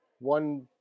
One